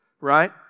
right